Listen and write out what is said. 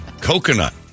Coconut